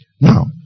Now